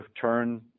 turn